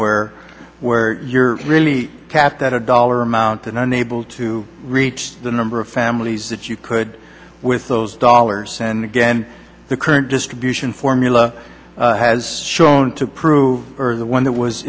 where where you're really capped at a dollar amount and unable to reach the number of families that you could with those dollars and again the current distribution formula has shown to prove one that was